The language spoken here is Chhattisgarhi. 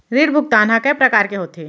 ऋण भुगतान ह कय प्रकार के होथे?